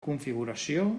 configuració